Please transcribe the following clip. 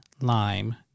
lime